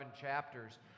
chapters